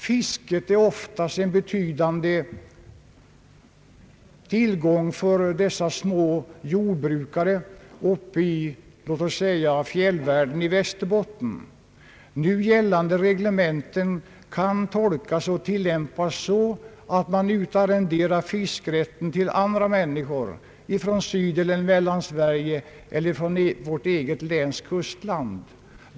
Fisket är oftast en betydande tillgång för dessa små jordbrukare uppe i låt oss säga fjällvärlden i Västerbotten. Nu gällande reglementen kan tolkas och tillämpas på det sättet att fiskerätten utarrenderas till andra människor från Sydeller Mellansverige eller från vårt eget läns kustland.